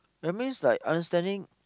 that means like understanding